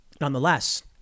Nonetheless